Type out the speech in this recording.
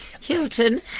Hilton